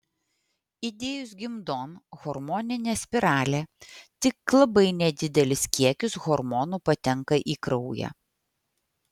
įdėjus gimdon hormoninę spiralę tik labai nedidelis kiekis hormonų patenka į kraują